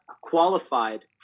qualified